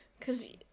Cause